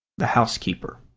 the housekeeper